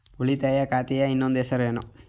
ಉಳಿತಾಯ ಖಾತೆಯ ಇನ್ನೊಂದು ಹೆಸರೇನು?